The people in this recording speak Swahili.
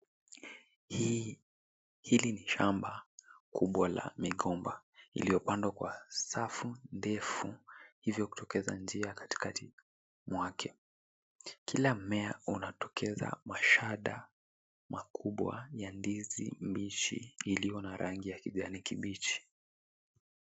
Hii, hili ni shamba kubwa la migomba iliyopandwa kwa safu ndefu hivyo kutokeza njia katikati mwake. Kila mmea unatokeza mashada makubwa ya ndizi mbichi iliyo na rangi ya kijani kibichi.